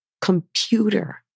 computer